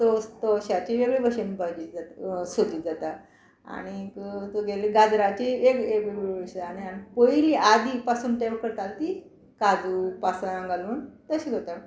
तोश तोवश्याची वेगळी भशेन भाजी जाता सोजी जाता आनीक तुगेलें गाजराची एक वेगवेगळीशी आनी पयलीं आदी पासून ते करता ती काजू पासां घालून तशें जाता